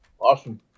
awesome